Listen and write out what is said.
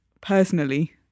personally